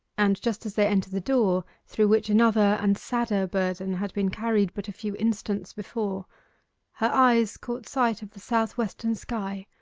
and just as they entered the door through which another and sadder burden had been carried but a few instants before her eyes caught sight of the south-western sky,